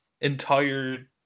entire